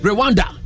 Rwanda